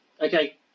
Okay